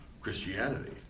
Christianity